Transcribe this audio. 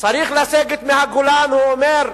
צריך לסגת מהגולן, הוא אומר: